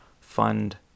fund